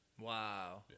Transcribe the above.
Wow